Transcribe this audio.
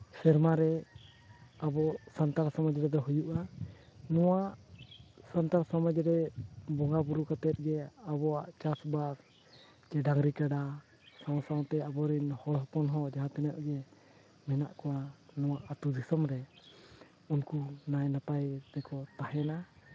ᱥᱮᱨᱢᱟ ᱨᱮ ᱟᱵᱚ ᱥᱟᱱᱛᱟᱲ ᱥᱚᱢᱟᱡᱽ ᱨᱮᱫᱚ ᱦᱩᱭᱩᱜᱼᱟ ᱱᱚᱣᱟ ᱥᱟᱱᱛᱟᱲ ᱥᱚᱢᱟᱡᱽ ᱨᱮ ᱵᱚᱸᱜᱟ ᱵᱩᱨᱩ ᱠᱟᱛᱮᱫ ᱜᱮ ᱟᱵᱚᱣᱟᱜ ᱪᱟᱥᱵᱟᱥ ᱠᱤ ᱰᱟᱝᱨᱤ ᱠᱟᱰᱟ ᱥᱟᱶᱼᱥᱟᱶᱛᱮ ᱟᱵᱚᱨᱮᱱ ᱦᱚᱲ ᱦᱚᱯᱚᱱ ᱦᱚᱸ ᱡᱟᱦᱟᱸ ᱛᱤᱱᱟᱹᱜ ᱜᱮ ᱢᱮᱱᱟᱜ ᱠᱚᱣᱟ ᱱᱚᱣᱟ ᱟᱹᱛᱳ ᱫᱤᱥᱚᱢ ᱨᱮ ᱩᱱᱠᱩ ᱱᱟᱭᱼᱱᱟᱯᱟᱭ ᱛᱮᱠᱚ ᱛᱟᱦᱮᱱᱟ